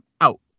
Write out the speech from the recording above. out